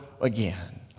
again